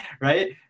right